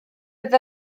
oedd